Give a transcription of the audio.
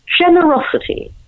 generosity